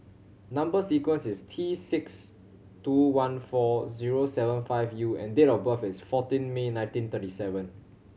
number sequence is T six two one four zero seven five U and date of birth is fourteen May nineteen thirty seven